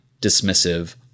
dismissive